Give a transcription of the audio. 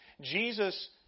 Jesus